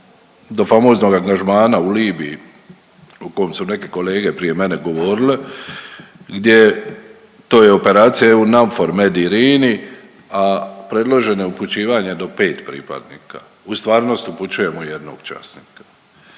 do famoznog angažmana u Libiji o kom su neke kolege prije mene govorile, gdje, to je operacija „EUNAVFOR MED IRINI“, a predloženo je upućivanje do 5 pripadnika, u stvarnosti upućujemo jednog časnika.